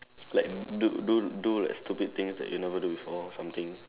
like do do do like stupid things that you never do before or something